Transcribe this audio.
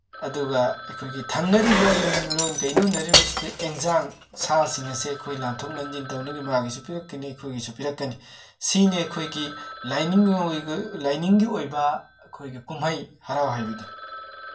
ꯑꯗꯨꯒ ꯑꯩꯈꯣꯏꯒꯤ ꯊꯪꯅꯔꯤꯕ ꯌꯨꯝꯂꯣꯟ ꯀꯩꯂꯣꯟꯅꯔꯤꯕꯁꯤꯗ ꯑꯦꯟꯁꯥꯡ ꯁꯥꯁꯤꯡ ꯑꯁꯦ ꯑꯩꯈꯣꯏ ꯂꯥꯟꯊꯣꯛ ꯂꯥꯟꯁꯤꯟ ꯇꯧꯒꯅꯤ ꯃꯥꯒꯤꯁꯨ ꯄꯤꯔꯛꯀꯅꯤ ꯑꯩꯈꯣꯏꯒꯤꯁꯨ ꯄꯤꯔꯛꯀꯅꯤ ꯁꯤꯅꯤ ꯑꯩꯈꯣꯏꯒꯤ ꯂꯥꯏꯅꯤꯡꯒꯤ ꯑꯣꯏꯕ ꯑꯩꯈꯣꯏꯒꯤ ꯀꯨꯝꯍꯩ ꯍꯔꯥꯎ ꯍꯥꯏꯕꯗꯨ